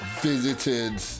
visited